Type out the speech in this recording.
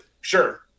sure